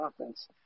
offense